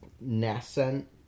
nascent